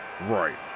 Right